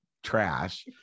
trash